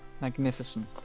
Magnificent